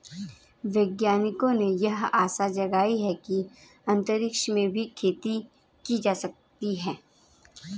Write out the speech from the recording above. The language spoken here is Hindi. वैज्ञानिकों ने यह आशा जगाई है कि अंतरिक्ष में भी खेती की जा सकेगी